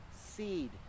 seed